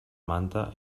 manta